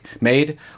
made